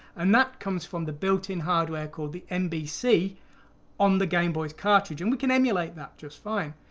and that comes from the built-in hardware called the mbc on the game boys cartridge, and we can emulate that just fine.